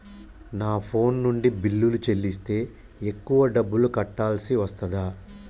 నా ఫోన్ నుండి బిల్లులు చెల్లిస్తే ఎక్కువ డబ్బులు కట్టాల్సి వస్తదా?